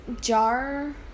jar